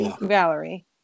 Valerie